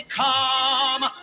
come